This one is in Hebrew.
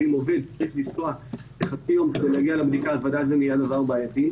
על העובד לנסוע חצי יום כדי להגיע לבדיקה מה שבוודאי מהווה דבר בעייתי.